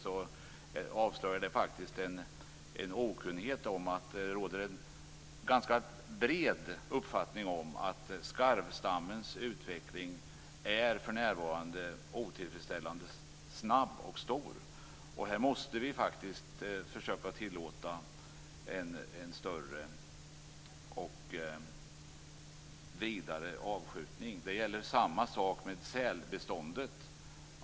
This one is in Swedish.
Det avslöjar en okunnighet om att det råder en bred uppfattning om att skarvstammens utveckling för närvarande är otillfredsställande snabb. Vi måste faktiskt försöka att tillåta en större och vidare avskjutning. Samma sak gäller sälbeståndet.